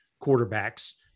quarterbacks